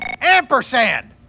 Ampersand